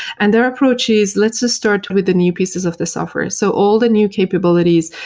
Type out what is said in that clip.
and their approach is, let's just start with the new pieces of the software. so all the new capabilities,